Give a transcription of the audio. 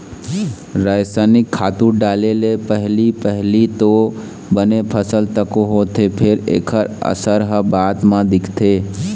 रसइनिक खातू डाले ले पहिली पहिली तो बने फसल तको होथे फेर एखर असर ह बाद म दिखथे